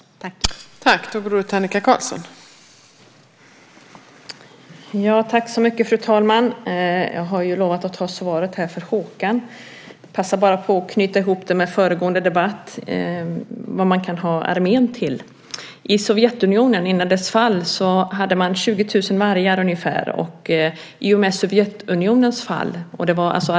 Då Håkan Larsson, som framställt interpellationen, anmält att han var förhindrad att närvara vid sammanträdet medgav tredje vice talmannen att Annika Qarlsson i stället fick delta i överläggningen.